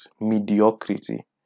mediocrity